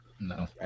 No